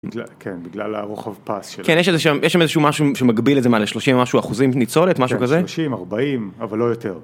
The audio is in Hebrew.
כן, בגלל הרוחב פס שלו. כן, יש שם איזשהו משהו שמגביל איזה מה, ל-30 ומשהו אחוזים ניצולת, משהו כזה? 30, 40, אבל לא יותר.